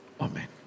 Amen